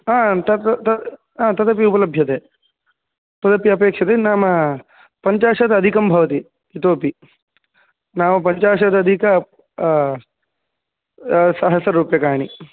हा तत् तत् तदपि उपलभ्यते तदपि अपेक्षते नाम पञ्चाशत् अधिकं भवति इतोऽपि नाम पञ्चाशदधिक सहस्ररूप्यकाणि